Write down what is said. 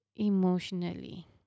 emotionally